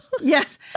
Yes